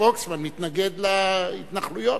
פוקסמן מתנגד להתנחלויות.